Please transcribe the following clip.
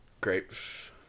Grapes